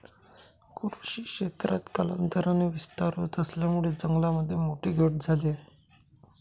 कृषी क्षेत्रात कालांतराने विस्तार होत असल्यामुळे जंगलामध्ये मोठी घट झाली आहे